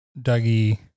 Dougie